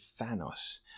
Thanos